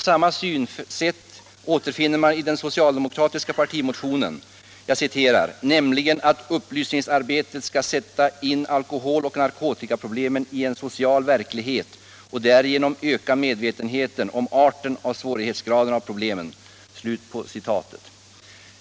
Samma synsätt återfinner man i den socialdemokratiska partimotionen, ”nämligen att upplysningsarbetet skall sätta in alkoholoch narkotikaproblemen i en social verklighet och därigenom öka medvetenheten om arten av svårighetsgraden av problemen”.